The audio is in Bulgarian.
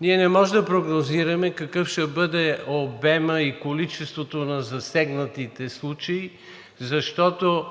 ние не може да прогнозираме какъв ще бъде обемът и количеството на засегнатите случаи, защото